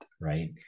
right